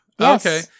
Okay